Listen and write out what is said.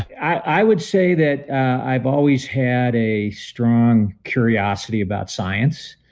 i would say that i've always had a strong curiosity about science.